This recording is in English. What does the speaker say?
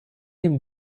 him